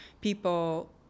people